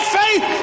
faith